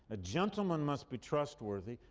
a gentleman must be trustworthy.